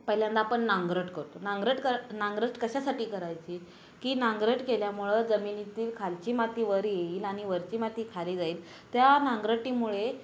पहिल्यांदा आपण नांगरट करतो नांगरट करा नांगरट कशासाठी करायची की नांगरट केल्यामुळं जमिनीतील खालची माती वर येईल आणि वरची माती खाली जाईल त्या नांगरटीमुळे